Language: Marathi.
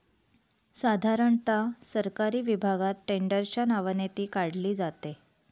साधारणता सरकारी विभागात टेंडरच्या नावाने ती काढली जाते